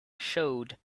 showed